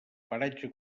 paratge